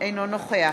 אינו נוכח